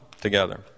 together